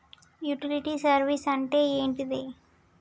Utility service అంటే ఏంటిది?